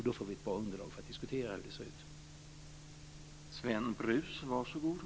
Då får vi ett bra underlag för att diskutera hur det ser ut.